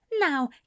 Now